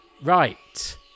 right